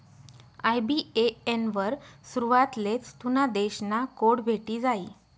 IBAN वर सुरवातलेच तुना देश ना कोड भेटी जायी